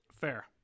Fair